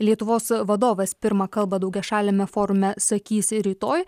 lietuvos vadovas pirmą kalbą daugiašaliame forume sakys rytoj